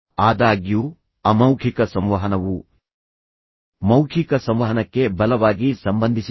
ಆದಾಗ್ಯೂ ಅಮೌಖಿಕ ಸಂವಹನವು ಮೌಖಿಕ ಸಂವಹನಕ್ಕೆ ಬಲವಾಗಿ ಸಂಬಂಧಿಸಿದೆ